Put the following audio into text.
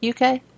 UK